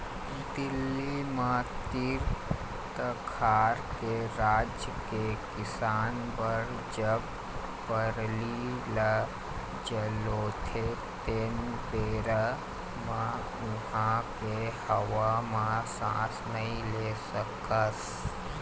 दिल्ली म तीर तखार के राज के किसान बर जब पराली ल जलोथे तेन बेरा म उहां के हवा म सांस नइ ले सकस